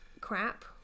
crap